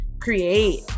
create